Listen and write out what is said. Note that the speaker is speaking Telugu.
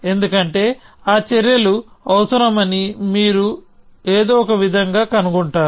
ఎందుకంటే ఆ చర్యలు అవసరమని మీరు ఏదో ఒక విధంగా కనుగొంటారు